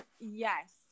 Yes